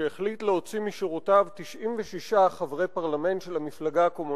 שהחליט להוציא משורותיו 96 חברי פרלמנט של המפלגה הקומוניסטית.